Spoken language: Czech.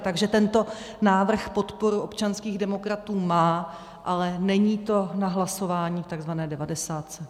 Takže návrh podporu občanských demokratů má, ale není to na hlasování v takzvané devadesátce.